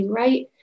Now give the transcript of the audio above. right